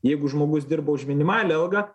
jeigu žmogus dirba už minimalią algą